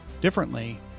differently